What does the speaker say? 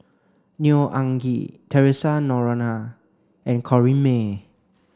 Neo Anngee Theresa Noronha and Corrinne May